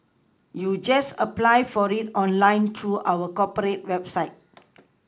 you just apply for it online through our corporate website